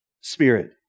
spirit